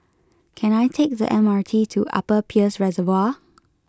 can I take the M R T to Upper Peirce Reservoir